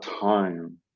time